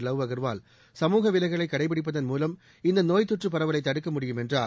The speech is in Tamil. லவ் அக்வால் சமூக விலகலைகடைப்பிடிப்பதன் மூலம் இந்தநோய்த்தொற்றுபரவலைதடுக்க முடியும் என்றார்